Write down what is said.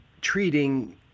treating